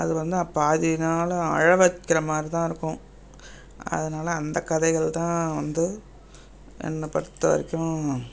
அது வந்து பாதி நாளு அழ வக்கிற மாதிரி தான் இருக்கும் அதனால் அந்தக் கதைகள் தான் வந்து என்ன பொறுத்த வரைக்கும்